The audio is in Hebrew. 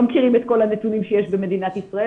מכירים את כל הנתונים שיש במדינת ישראל,